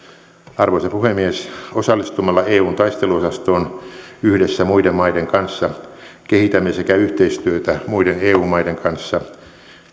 arvoisa puhemies osallistumalla eun taisteluosastoon yhdessä muiden maiden kanssa kehitämme sekä yhteistyötä muiden eu maiden kanssa